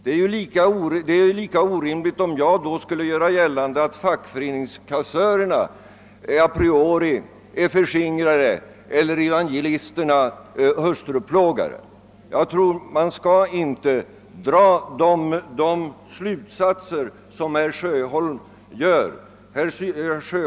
Det är lika orimligt om jag då skulle göra gällande att fackföreningskassörerna a priori är förskingrare eller evangelisterna hustruplågare. Jag tror att man inte skall dra de slutsatser som herr Sjöholm gör.